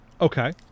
okay